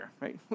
right